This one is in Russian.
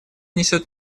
несет